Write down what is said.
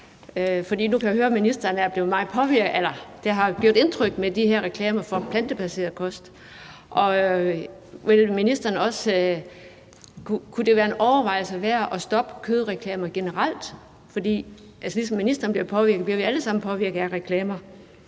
Nu kan jeg høre, at det har gjort indtryk på ministeren med de her reklamer for plantebaseret kost. Kunne det være en overvejelse værd at stoppe kødreklamer generelt? For ligesom ministeren bliver påvirket, bliver vi alle samme påvirket af reklamer.